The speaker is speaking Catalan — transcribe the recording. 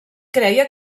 creia